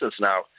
now